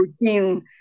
routine